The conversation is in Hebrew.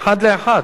אחד לאחד.